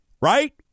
right